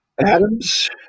Adams